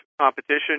competition